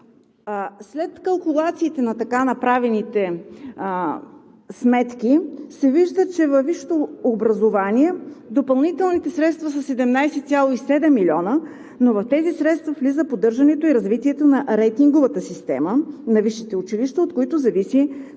След калкулациите на така направените сметки се вижда, че във висшето образование допълнителните средства са 17,7 млн. лв., но в тях влизат поддържането и развитието на рейтинговата система на висшите училища, от които зависи